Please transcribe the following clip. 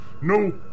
No